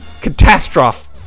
Catastrophe